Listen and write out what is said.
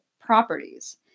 properties